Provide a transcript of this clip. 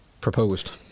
Proposed